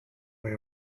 way